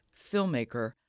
filmmaker